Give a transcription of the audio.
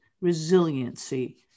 resiliency